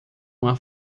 uma